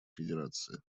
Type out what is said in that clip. федерации